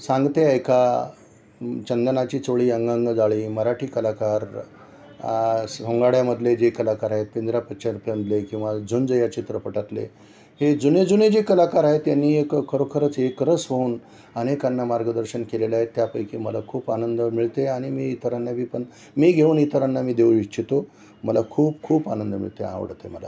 सांगते ऐका चंदनाची चोळी अंग अंग गाळी मराठी कलाकार सोंगाड्यामधले जे कलाकार आहेत पिंजरा पिच्चरपनले किंवा झुंज या चित्रपटातले हे जुने जुने जे कलाकार आहेत त्यांनी एक खरोखरच एकरस होऊन अनेकांना मार्गदर्शन केलेलं आहेत त्यापैकी मला खूप आनंद मिळते आणि मी इतरांना बी पण मी घेऊन इतरांना मी देऊ इच्छितो मला खूप खूप आनंद मिळते आवडते मला